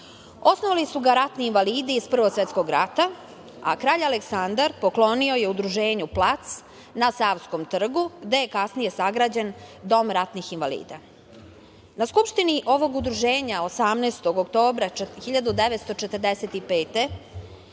Osnovali su ga ratni invalidi iz Prvog svetskog rata, a kralj Aleksandar poklonio je Udruženju plac na Savskom trgu gde je kasnije sagrađen Dom ratnih invalida. Na Skupštini ovog Udruženja 18. oktobra 1945.